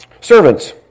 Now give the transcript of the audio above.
Servants